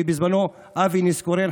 ובזמנו אבי ניסנקורן,